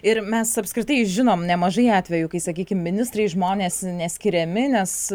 ir mes apskritai žinom nemažai atvejų kai sakykim ministrai žmonės neskiriami nes